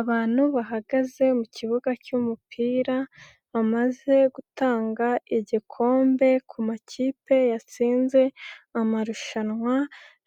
Abantu bahagaze mu kibuga cy'umupira, bamaze gutanga igikombe ku makipe yatsinze amarushanwa